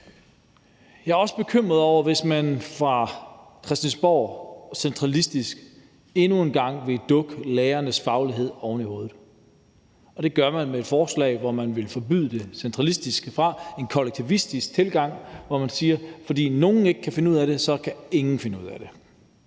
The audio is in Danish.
Jeg er også bekymret over det, hvis man fra Christiansborg centralistisk endnu en gang vil dukke lærernes faglighed oven i hovedet, og det gør man med et forslag, hvor man vil forbyde det centralistisk. Det er en kollektivistisk tilgang, hvor man siger, at fordi nogen ikke kan finde ud af det, kan ingen finde ud af det.